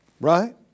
right